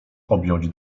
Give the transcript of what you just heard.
objąć